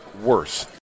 worse